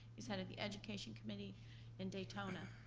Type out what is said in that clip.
he's head of the education committee in daytona.